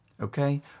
Okay